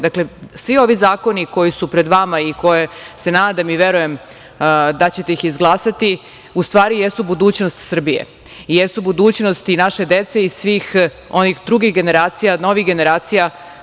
Dakle, svi ovi zakoni koji se pred vama, koje se nadam i verujem da ćete izglasati, u stvari jesu budućnost Srbije i jesu budućnost i naše dece i svih onih drugih generacija, novih generacija.